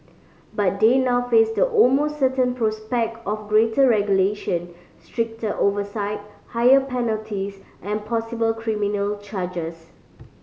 but they now face the almost certain prospect of greater regulation stricter oversight higher penalties and possible criminal charges